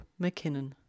McKinnon